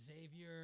Xavier